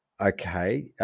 Okay